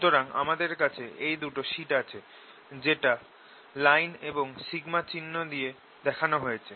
সুতরাং আমাদের কাছে এই দুটো শিট আছে যেটা লাইন এবং σ চিহ্ন দিয়ে দেখানো হয়েছে